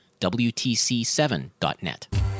WTC7.net